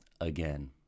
again